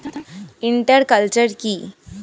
Inter culture কি?